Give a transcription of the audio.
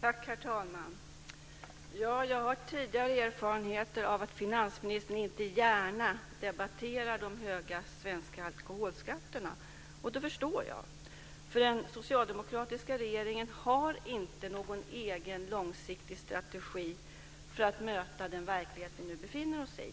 Herr talman! Jag har tidigare erfarenheter av att finansministern inte gärna debatterar de höga svenska alkoholskatterna, och det förstår jag. Den socialdemokratiska regeringen har inte någon egen långsiktig strategi för att möta den verklighet som vi befinner oss i.